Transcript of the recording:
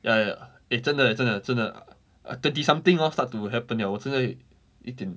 ya ya ya eh 真的 leh 真的真的真的 I thirty something orh start to happen liao 我真的一点